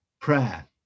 prayer